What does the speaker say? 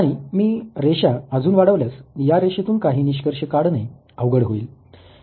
आणि मी रेषा अजून वाढवल्यास या रेषेतून काही निष्कर्ष काढणे अवघड होईल